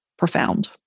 profound